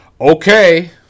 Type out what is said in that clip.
okay